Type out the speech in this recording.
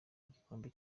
gikombe